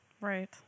right